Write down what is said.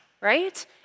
right